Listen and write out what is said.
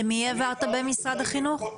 למי העברת במשרד החינוך?